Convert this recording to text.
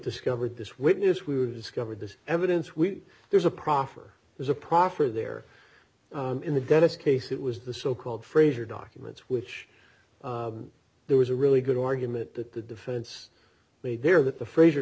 discovered this witness we were discovered this evidence we there's a proffer there's a profit there in the dennis case it was the so called frazier documents which there was a really good argument that the defense made there that the frazier